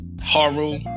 Haru